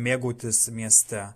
mėgutis mieste